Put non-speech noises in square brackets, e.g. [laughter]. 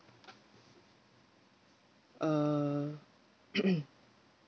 uh [coughs]